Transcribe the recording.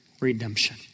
redemption